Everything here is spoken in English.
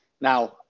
Now